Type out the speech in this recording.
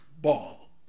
ball